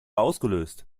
ausgelöst